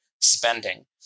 spending